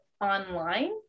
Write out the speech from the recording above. online